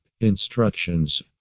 instructions